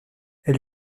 elle